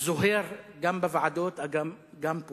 זוהר גם בוועדות וגם פה.